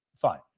Fine